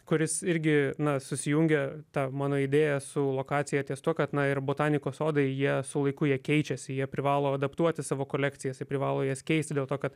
kuris irgi na susijungia ta mano idėja su lokacija ties tuo kad na ir botanikos sodai jie su laiku jie keičiasi jie privalo adaptuoti savo kolekcijas privalo jas keisti dėl to kad